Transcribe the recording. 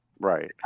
right